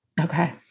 Okay